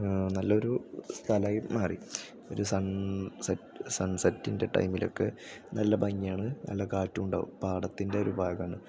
നല്ലൊരു സ്ഥലമായി മാറി ഒരു സൺ സൺ സെറ്റിൻ്റെ ടൈമിലൊക്കെ നല്ല ഭംഗിയാണ് നല്ല കാറ്റുണ്ടാവും പാടത്തിൻ്റെ ഒരു ഭാഗമാണ്